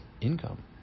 income